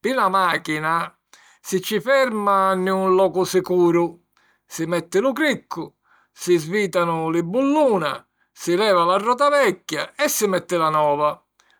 Pi na màchina, si ci ferma nni un locu sicuru, si metti lu criccu, si svìtanu li bulluna, si leva la rota vecchia e si metti la nova,